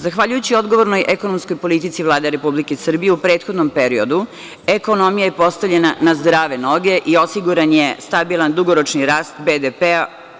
Zahvaljujući odgovornoj, ekonomskoj politici, Vlada Republike Srbije, u prethodnom periodu, ekonomija je postavljena na zdrave noge i osiguran je dugoročan rast BDP.